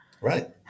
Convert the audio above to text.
Right